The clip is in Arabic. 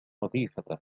وظيفته